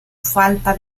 falta